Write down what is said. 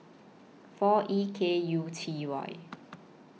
four E K U T Y